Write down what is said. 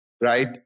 right